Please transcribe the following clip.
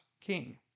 king